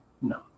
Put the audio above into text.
No